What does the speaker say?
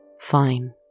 Fine